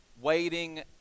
waiting